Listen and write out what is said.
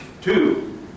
Two